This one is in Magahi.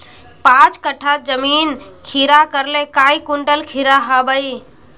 पाँच कट्ठा जमीन खीरा करले काई कुंटल खीरा हाँ बई?